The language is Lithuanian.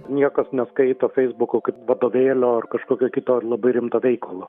niekas neskaito feisbuko kaip vadovėlio ar kažkokio kito labai rimto veikalo